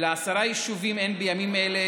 ולעשרה יישובים אין בימים אלה